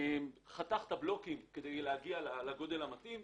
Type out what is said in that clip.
בין אם חתכת בלוקים כדי להגיע לגודל המתאים.